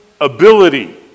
ability